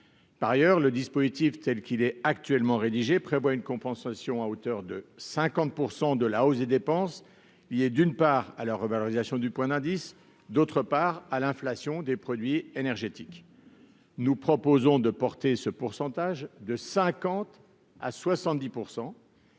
Par ailleurs, la rédaction retenue prévoit une compensation à hauteur de 50 % de la hausse des dépenses liées, d'une part, à la revalorisation du point d'indice, d'autre part, à l'inflation des produits énergétiques. Nous proposons de porter ce pourcentage de 50 % à 70 %.